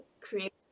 create